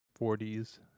40s